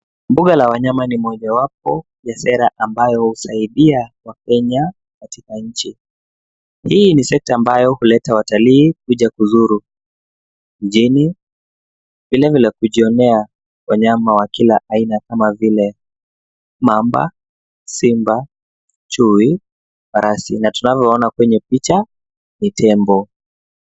Mbuga la wanyama ni mojawapo ya sera ambayo husaidia wakenya katika nchi. Hii ni sekta ambayo huleta watalii kuja kuzuru nchini, vilevile kujionea wanyama wa kila aina kama vile mamba, simba, chui, farasi. Na tunavyoona kwenye picha, ni tembo.